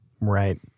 Right